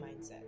mindset